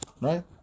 right